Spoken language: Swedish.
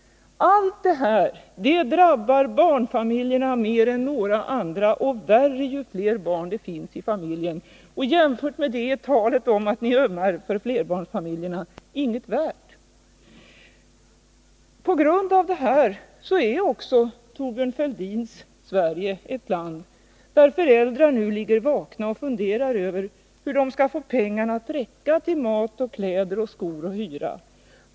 Allt detta drabbar barnfamiljerna mer än några andra — värre ju fler barn det finns i familjen. Jämfört med det är talet om att ni ömmar för flerbarnsfamiljerna inget värt. Därför är Thorbjörn Fälldins Sverige ett land där föräldrar ligger vakna och funderar över hur de skall få pengarna att räcka till mat, kläder, skor och hyra.